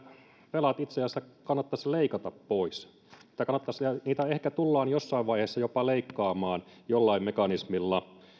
velat itse asiassa kannattaisi leikata pois tai niitä ehkä tullaan jossain vaiheessa jopa leikkaamaan jollain mekanismilla